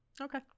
Okay